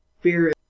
fear